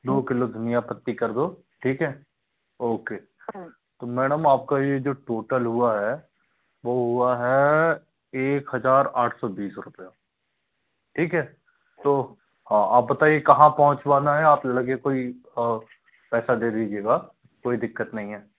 दो किलो धनिया पत्ती कर दो ठीक है ओके तो मेडम आप का ये जो टोटल हुआ है वो हुआ है एक हज़ार आठ सौ बीस रुपये ठीक है तो है आप बताइया कहाँ पहुंचवाना है आप लड़के को ही पैसा दे दिजीएगा कोई दिक्कत नहीं है